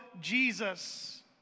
Jesus